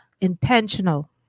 intentional